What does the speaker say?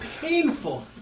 painful